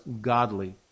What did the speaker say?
godly